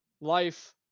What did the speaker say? life